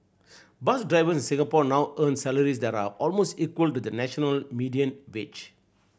bus drivers in Singapore now earn salaries that are almost equal to the national median wage